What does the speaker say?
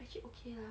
actually okay lah